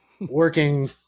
working